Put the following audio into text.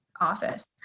office